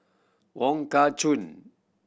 Wong Kah Chun